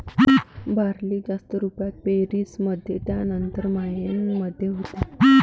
barley जास्त रुपात पेरीस मध्ये त्यानंतर मायेन मध्ये होते